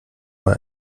mal